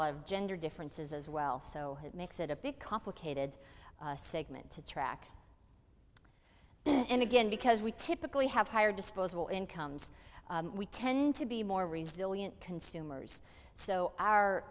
lot of gender differences as well so it makes it a big complicated segment to track and again because we typically have higher disposable incomes we tend to be more resilient consumers so